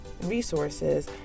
resources